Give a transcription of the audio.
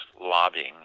lobbying